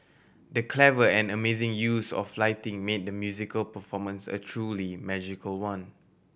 the clever and amazing use of lighting made the musical performance a truly magical one